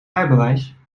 rijbewijs